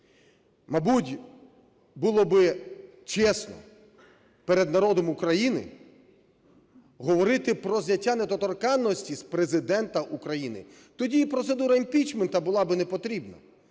Мабуть було би чесно перед народом України, говорити про зняття недоторканності з Президента України, тоді і процедура імпічменту була би не потрібна.